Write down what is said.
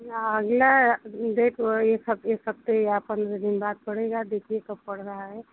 या अगला देख लो एक हफ्ते दे सकते या पंद्रह दिन बाद पड़ेगा देखिए कब पड़ रहा है